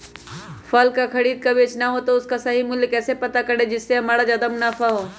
फल का खरीद का बेचना हो तो उसका सही मूल्य कैसे पता करें जिससे हमारा ज्याद मुनाफा हो?